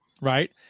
right